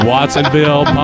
Watsonville